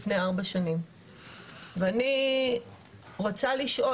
לפני ארבע שנים ואני רוצה לשאול,